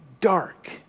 dark